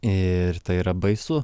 ir tai yra baisu